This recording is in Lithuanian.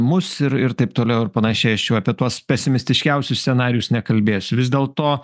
mus ir ir taip toliau ir panašiai aš čia jau apie tuos pesimistiškiausius scenarijus nekalbėsiu vis dėlto